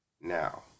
Now